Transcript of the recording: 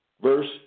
Verse